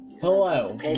hello